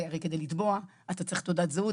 הרי כדי לתבוע אתה צריך תעודת זהות,